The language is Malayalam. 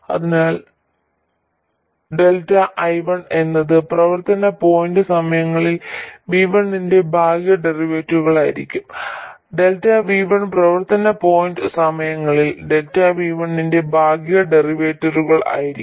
അതിനാൽ ΔI1 എന്നത് പ്രവർത്തന പോയിന്റ് സമയങ്ങളിൽ V1 ന്റെ ഭാഗിക ഡെറിവേറ്റീവുകളായിരിക്കും ΔV1 പ്രവർത്തന പോയിന്റ് സമയങ്ങളിൽ ΔV1 ന്റെ ഭാഗിക ഡെറിവേറ്റീവുകൾ ആയിരിക്കും